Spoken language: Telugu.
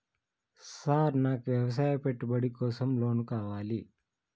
సార్ నాకు వ్యవసాయ పెట్టుబడి కోసం లోన్ కావాలి?